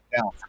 down